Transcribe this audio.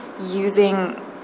using